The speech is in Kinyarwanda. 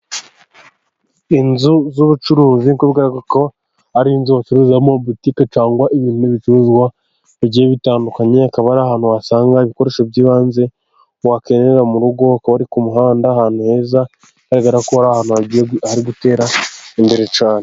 Inzu z'ubucuruzi by'umwihariko ari inzu bacururizamo botike cyangwa ibindi bicuruzwa bigiye bitandukanye, akaba ari ahantu wasanga ibikoresho by'ibanze wakenera mu rugo. Kuko hari ku muhanda ahantu heza bigaragara ko ahantu hari gutera imbere cyane.